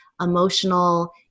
emotional